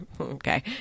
Okay